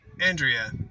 Andrea